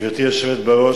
גברתי היושבת-ראש,